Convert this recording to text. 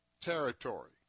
territory